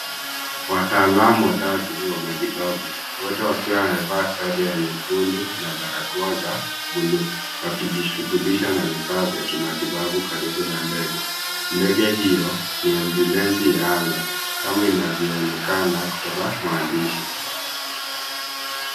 Wataalamu watatu wa matibabu, wote wakiwa wamevaa sare ya nyekundu na barakoa za buluu wakijishughulisha na vifaa vya kimatibabu karibu na ndege. Ndege hiyo ni ambyulensi ya anga kama inavyoonekana kutoka maandishi.